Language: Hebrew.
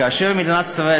כאשר מדינת ישראל,